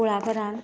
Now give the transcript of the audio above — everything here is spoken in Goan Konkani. कुळागरान